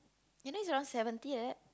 you know it's around seventy like that